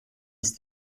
ist